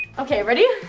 okay, ready?